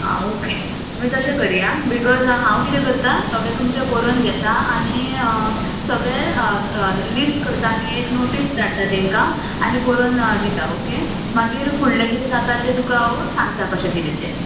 आं ओके आमी तशें करुया बीकाॅज हांव कितें करतां सगळें तुमचें बरोवन घेता आनी सगळें लिस्ट करतां आनी एक नाॅटीस धाडटा तांकां आनी बरोवन दितां ओके मागीर फुडलें कितें जाता तें तुका हांव सांगतां कशें कितें तें